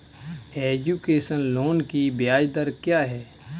Education loan की ब्याज दर क्या है?